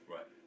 Right